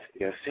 yes